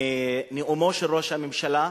מנאומו של ראש הממשלה,